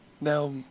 Now